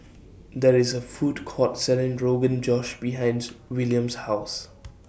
There IS A Food Court Selling Rogan Josh behinds William's House